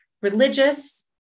religious